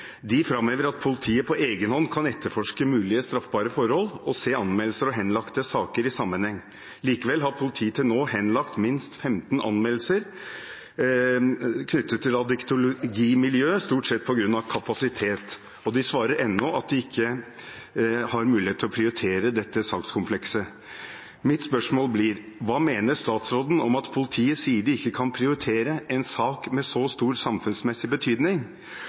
De framhever at politiet på egen hånd kan etterforske mulige straffbare forhold og se anmeldelser og henlagte saker i sammenheng. Likevel har politiet til nå henlagt minst 15 anmeldelser knyttet til Addictologi-miljøet – stort sett på grunn av kapasitet. Og de svarer ennå at de ikke har mulighet til å prioritere dette sakskomplekset. Mitt spørsmål blir: Hva mener statsråden om at politiet sier de ikke kan prioritere en sak med så stor samfunnsmessig betydning?